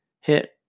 hit